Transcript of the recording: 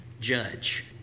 judge